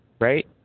right